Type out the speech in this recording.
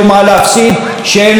שאין לו שביב של תקווה,